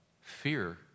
fear